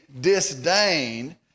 disdain